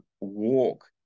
walk